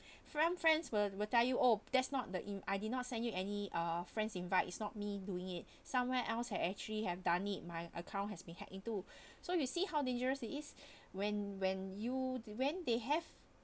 fri~ friends will will tell you oh that's not the in~ I did not send you any uh friends invite it's not me doing it somewhere else I actually have done it my account has been hacked into so you see how dangerous it is when when you when they have